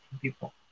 people